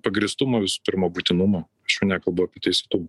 pagrįstumą visų pirma būtinumą aš jau nekalbu apie teisėtumą